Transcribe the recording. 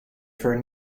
for